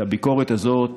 את הביקורת הזאת